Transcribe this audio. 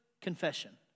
confession